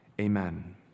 Amen